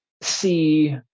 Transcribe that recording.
see